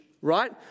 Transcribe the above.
right